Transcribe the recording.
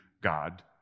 God